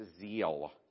zeal